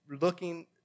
looking